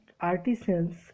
Artisans